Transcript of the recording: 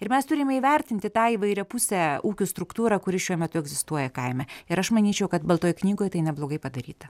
ir mes turime įvertinti tai įvairiapusę ūkių struktūrą kuri šiuo metu egzistuoja kaime ir aš manyčiau kad baltoje knygoje tai neblogai padaryta